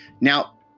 Now